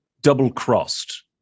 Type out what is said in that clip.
double-crossed